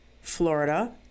Florida